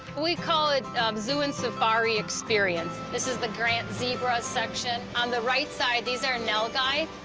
we call it um zoo and safari experience. this is the grant zebra section. on the right side these are nilgai.